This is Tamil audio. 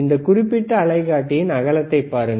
இந்த குறிப்பிட்ட அலைக்காட்டியின் அகலத்தை பாருங்கள்